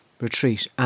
retreat